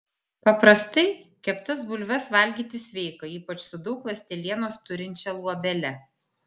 paprastai keptas bulves valgyti sveika ypač su daug ląstelienos turinčia luobele